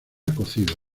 cocidos